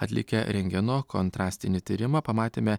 atlikę rentgeno kontrastinį tyrimą pamatėme